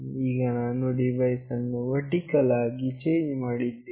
ಈಗ ನಾನು ಡಿವೈಸ್ ಅನ್ನು ವರ್ಟಿಕಲ್ ಆಗಿ ಚೇಂಜ್ ಮಾಡಿದ್ದೇನೆ